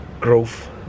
growth